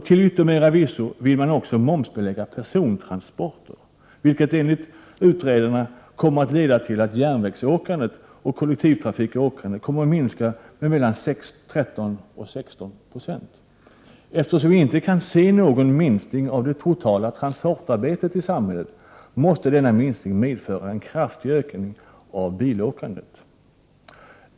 Till yttermera visso vill man också momsbelägga persontransporter, vilket enligt utredarna kommer att leda till att järnvägsåkande och kollektivtrafikåkande kommer att minska med 13—16 96. Eftersom vi inte kan se någon minskning av det totala transportarbetet i samhället, måste denna minskning medföra en kraftig ökning av bilåkandet.